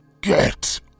Get